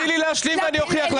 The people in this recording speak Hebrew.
תני לי להשלים ואני אוכיח לך את זה.